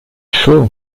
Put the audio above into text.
chaud